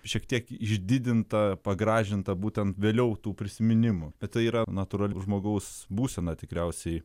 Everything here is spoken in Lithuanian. šiek tiek išdidinta pagražinta būtent vėliau tų prisiminimų bet tai yra natūrali žmogaus būsena tikriausiai